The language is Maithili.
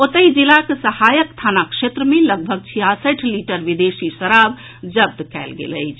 ओतहि जिलाक सहायक थाना क्षेत्र मे लगभग छियासठि लीटर विदेशी शराब जब्त कयल गेल अछि